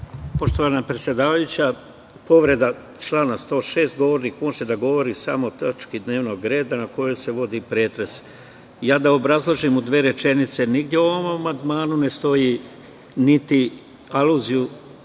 Poštovana predsedavajuća, povreda člana 106. – govornik može da govori samo o tački dnevnog reda o kojoj se vodi pretres. Da obrazložim u dve rečenice. Nigde u ovom amandmanu ne stoji niti aluzija,